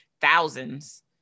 thousands